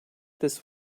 this